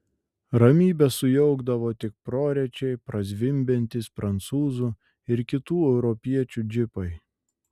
ramybę sujaukdavo tik prorečiai prazvimbiantys prancūzų ir kitų europiečių džipai